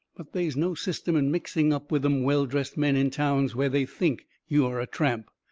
but they's no system in mixing up with them well-dressed men in towns where they think you are a tramp.